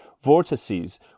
vortices